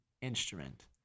instrument